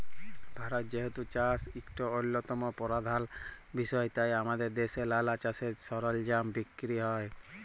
ভারতে যেহেতু চাষ ইকট অল্যতম পরধাল বিষয় তাই আমাদের দ্যাশে লালা চাষের সরলজাম বিক্কিরি হ্যয়